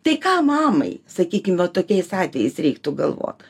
tai kam mamai sakykim va tokiais atvejais reiktų galvot